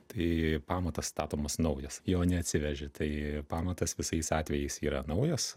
tai pamatas statomas naujas jo neatsiveži tai pamatas visais atvejais yra naujas